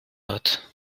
hat